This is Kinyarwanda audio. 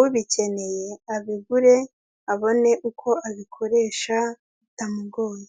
ubikeneye abigure abone uko abikoresha bitamugoye.